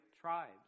tribes